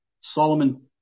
Solomon